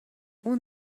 اون